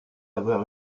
avoir